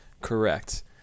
correct